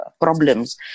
problems